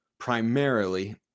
primarily